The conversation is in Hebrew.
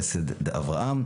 חסד דאברהם,